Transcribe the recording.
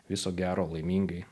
viso gero laimingai